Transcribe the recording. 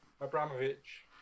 Abramovich